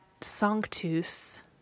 sanctus